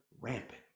rampant